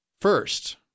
First